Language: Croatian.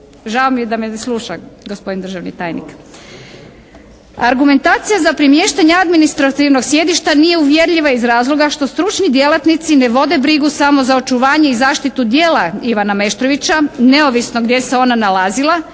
Žao mi je da me ne sluša gospodin državni tajnik. Argumentacija za premještanje administrativnog sjedišta nije uvjerljiva iz razloga što stručni djelatnici ne vode brigu samo za očuvanje i zaštitu djela Ivana Meštrovića neovisno gdje se ona nalazila,